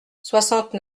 soixante